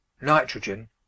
nitrogen